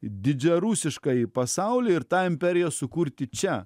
didžiarusiškąjį pasaulį ir tą imperiją sukurti čia